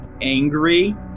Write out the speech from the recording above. angry